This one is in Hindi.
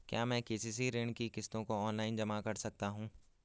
क्या मैं के.सी.सी ऋण की किश्तों को ऑनलाइन जमा कर सकता हूँ?